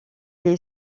est